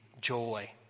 joy